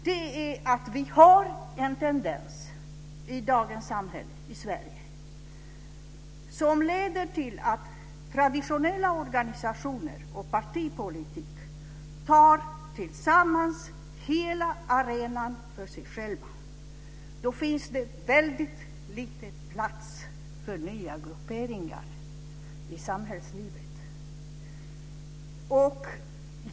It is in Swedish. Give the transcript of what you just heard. Det är att vi har en tendens i dagens samhälle i Sverige som gör att traditionella organisationer och partipolitik tillsammans tar hela arenan för sig själva. Då finns det väldigt lite plats för nya grupperingar i samhällslivet.